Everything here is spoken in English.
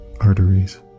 arteries